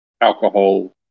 alcohol